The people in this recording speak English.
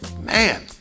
Man